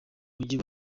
mujyi